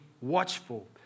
watchful